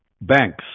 Banks